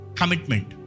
commitment